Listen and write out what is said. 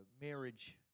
marriage